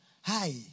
Hi